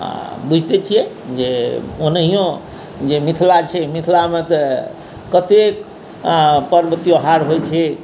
आ बुझिते छियै जे ओनाहियो जे मिथला छै मिथला मे तऽ कतेक पर्व त्यौहार होइ छै